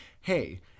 hey